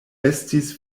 estis